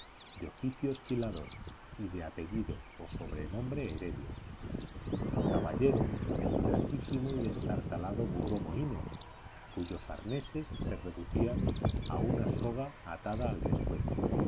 de oficio esquilador y de apellido o sobrenombre heredia caballero en flaquísimo y destartalado burro mohíno cuyos arneses se reducían a una soga atada al pescuezo